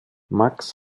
max